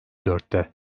dörtte